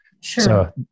Sure